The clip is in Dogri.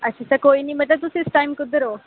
अच्छा अच्छा कोई निं में हा इस टाईम तुस कुद्धर ओ